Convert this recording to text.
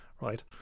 right